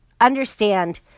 understand